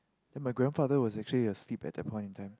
then my grandfather was actually asleep at that point in time